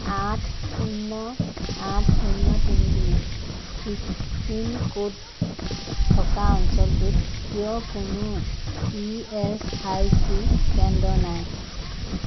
আঠ শূন্য আঠ শূন্য তিনি তিনি পিনক'ড থকা অঞ্চলটোত কিয় কোনো ই এছ আই চি কেন্দ্র নাই